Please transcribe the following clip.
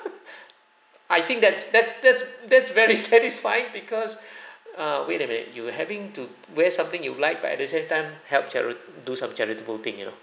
I think that's that's that's that's very satisfying because err wait a minute you having to wear something you like but at the same time help chari~ do some charitable thing you know